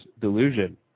delusion